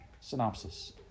Synopsis